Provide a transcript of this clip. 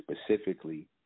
specifically